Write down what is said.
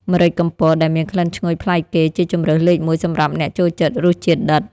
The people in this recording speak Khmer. ម្រេចកំពតដែលមានក្លិនឈ្ងុយប្លែកគេ ជាជម្រើសលេខមួយសម្រាប់អ្នកចូលចិត្តរសជាតិដិត។